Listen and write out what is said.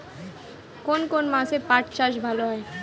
কোন কোন মাসে পাট চাষ ভালো হয়?